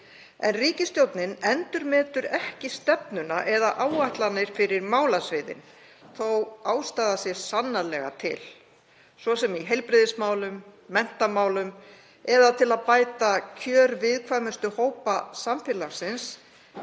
En ríkisstjórnin endurmetur ekki stefnuna eða áætlanir fyrir málasviðin þótt sannarlega sé ástæða til, svo sem í heilbrigðismálum, menntamálum eða til að bæta kjör viðkvæmustu hópa samfélagsins